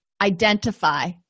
identify